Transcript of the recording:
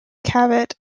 cavite